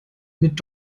mit